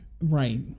Right